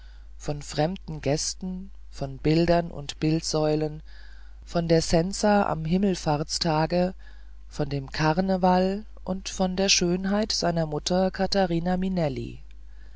von fremden gästen von bildern und bildsäulen von der sensa am himmelfahrtstage von dem karneval und von der schönheit seiner mutter catharina minelli